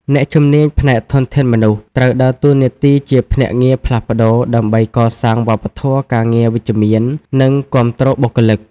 អ្នកជំនាញ ផ្នែកធនធានមនុស្ស ត្រូវដើរតួនាទីជាភ្នាក់ងារផ្លាស់ប្តូរ ដើម្បីកសាងវប្បធម៌ការងារវិជ្ជមាន និងគាំទ្របុគ្គលិក។